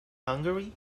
hungary